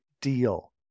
deal